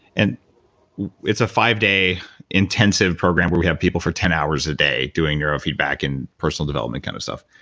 and it's a five day intensive program where we have people for ten hours a day doing neural feedback and personal development kind of stuff.